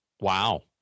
Wow